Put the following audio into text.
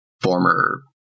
former